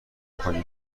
کنیم